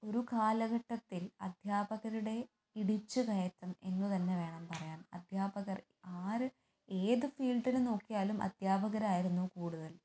ഒരു കാലഘട്ടത്തിൽ അദ്ധ്യാപകരുടെ ഇടിച്ച് കയറ്റം എന്ന് തന്നെ വേണം പറയാൻ അദ്ധ്യാപകർ ആര് ഏത് ഫീൽഡിൽ നോക്കിയാലും അദ്ധ്യാപകരായിരുന്നു കൂടുതൽ